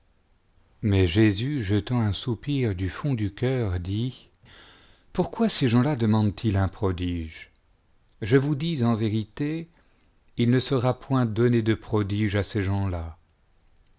mais jésus jetant un soupir du fond du cœur dit pourquoi ces gens-là demandent ils un prodige je vous dis en vérité il ne sera point donné de prodige à ces gens-là